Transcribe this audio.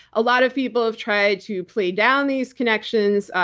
a lot of people have tried to play down these connections,